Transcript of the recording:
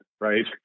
right